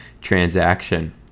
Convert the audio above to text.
transaction